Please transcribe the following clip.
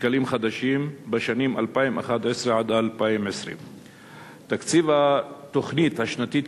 שקלים חדשים בשנים 2011 2020. תקציב התוכנית השנתית,